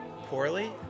poorly